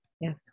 Yes